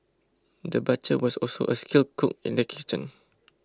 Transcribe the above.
the butcher was also a skilled cook in the kitchen